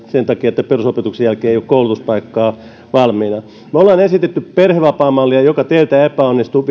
sen takia että perusopetuksen jälkeen ei ole koulutuspaikkaa valmiina me olemme esittäneet perhevapaamallin eteenpäinviemistä joka teiltä epäonnistui